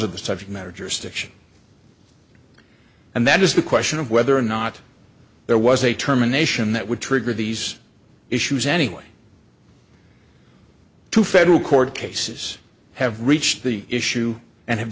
of the subject matter jurisdiction and that is the question of whether or not there was a terminations that would trigger these issues anyway to federal court cases have reached the issue and have